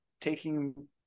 taking